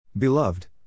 Beloved